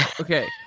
Okay